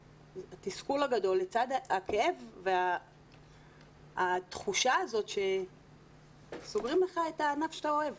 התסכול הגדול לצד הכאב והתחושה הזאת שסוגרים לך את הענף שאתה אוהב.